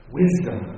wisdom